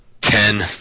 Ten